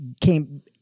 came